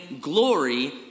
glory